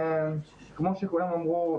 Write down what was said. כמו שכולם אמרו,